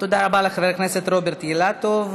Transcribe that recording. תודה רבה לחבר הכנסת רוברט אילטוב.